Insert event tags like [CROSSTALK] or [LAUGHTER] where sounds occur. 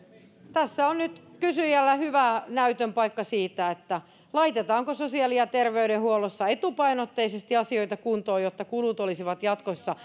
tässä on nyt kysyjällä hyvä näytön paikka siitä laitetaanko sosiaali ja terveydenhuollossa etupainotteisesti asioita kuntoon jotta kulut olisivat jatkossa [UNINTELLIGIBLE]